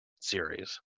series